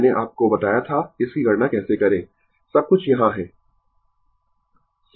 मैंने आपको बताया था इसकी गणना कैसे करें सब कुछ यहाँ है